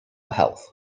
health